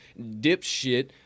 dipshit